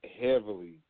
heavily